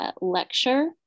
lecture